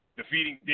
defeating